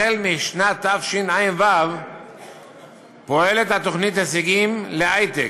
החל משנת תשע"ו פועלת התוכנית "הישגים להיי-טק",